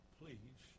please